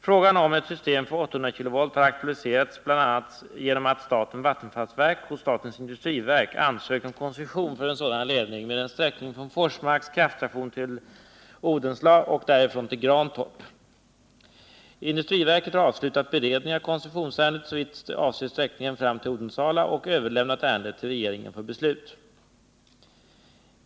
Frågan om ett system för 800 kV har aktualiserats bl.a. genom att statens vattenfallsverk hos statens industriverk ansökt om koncession för en sådan ledning med en sträckning från Forsmarks kraftstation till Odensala och därifrån till Grantorp. Industriverket har avslutat beredningen av koncessionsärendet såvitt avser sträckningen fram till Odensala och överlämnat ärendet till regeringen för beslut.